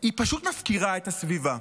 היא פשוט מפקירה את הסביבה.